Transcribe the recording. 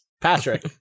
Patrick